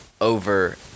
over